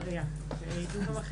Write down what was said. אני יודעת מי זאת מריה, שידעו גם אחרים.